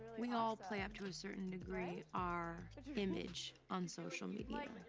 we all play up, to a certain degree, our image on social media.